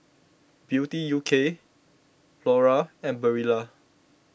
Beauty U K Lora and Barilla